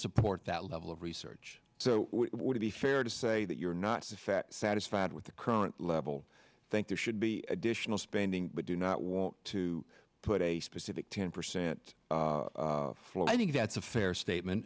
support that level of research to be fair to say that you're not satisfied with the current level think there should be additional spending but do not want to put a specific ten percent flow i think that's a fair statement